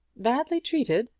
badly treated!